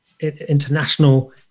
international